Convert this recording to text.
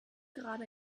gerade